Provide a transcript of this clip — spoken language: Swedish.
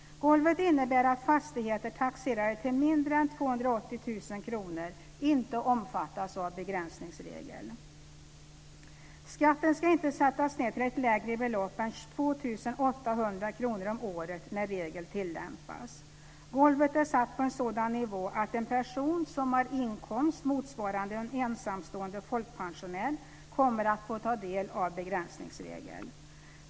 Golvet innebär att fastigheter taxerade till mindre än 280 000 Skatten ska inte sättas ned till ett lägre belopp än 2 800 kr om året när regeln tillämpas. Golvet är satt på en sådan nivå att en person som har inkomst motsvarande en ensamstående folkpensionär kommer att få ta del av begränsningsregeln.